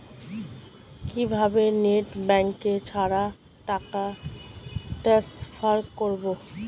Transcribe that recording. কিভাবে net banking ছাড়া টাকা ট্রান্সফার করবো?